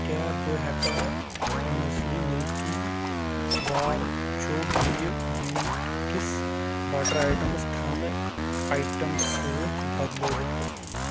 کیٛاہ بہٕ ہیٚکا نٮ۪سلے مِلکی بار چوٗ بیٚیہِ برینٹ کِس بٹر آیٹمس تھنہٕ آیٹم سۭتۍ بدلٲوِتھ؟